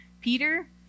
Peter